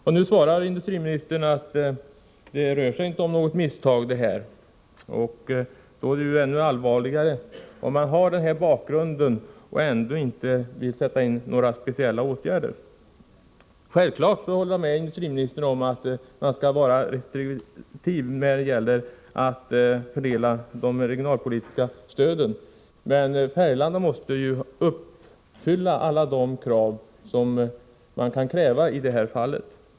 Industriministern svarar nu att det inte rör sig om något misstag. Men om man med kännedom om den här bakgrunden ändå inte vill sätta in några speciella åtgärder, då är det ännu allvarligare. Självfallet håller jag med industriministern om att man skall vara restriktiv när det gäller att fördela de regionalpolitiska stöden, men Färgelanda måste ju uppfylla alla de krav som man kan ställa i det här avseendet.